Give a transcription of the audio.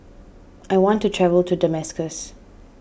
I want to travel to Damascus